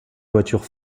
voiture